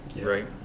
right